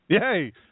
Yay